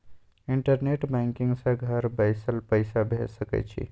internet banking सँ घर बैसल पैसा भेज सकय छी